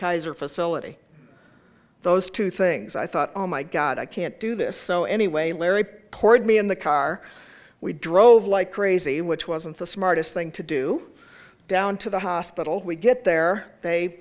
kaiser facility those two things i thought oh my god i can't do this so anyway larry poured me in the car we drove like crazy which wasn't the smartest thing to do down to the hospital we get there they